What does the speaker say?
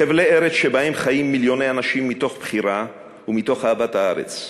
חבלי ארץ שבהם חיים מיליוני אנשים מתוך בחירה ומתוך אהבת הארץ.